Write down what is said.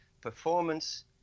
performance